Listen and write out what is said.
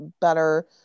better